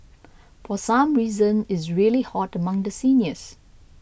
for some reason is really hot among the seniors